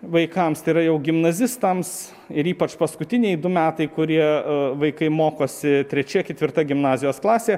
vaikams tai yra jau gimnazistams ir ypač paskutiniai du metai kurie vaikai mokosi trečia ketvirta gimnazijos klasė